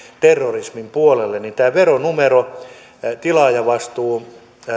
terrorismin puolelle tämä veronumero ja tilaajavastuulain